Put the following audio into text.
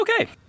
okay